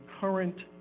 current